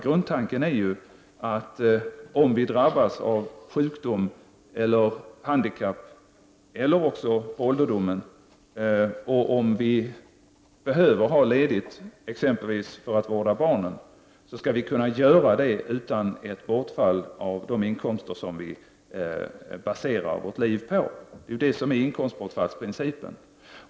Grundtanken är ju att om vi drabbas av sjukdom eller handikapp, vid ålderdom och om vi behöver ha ledighet, exempelvis för att vårda barn, skall vi kunna göra det utan ett bortfall av den inkomst som vi baserar vårt liv på. Detta är inkomstbortfallsprincipen.